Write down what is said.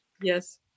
Yes